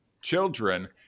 children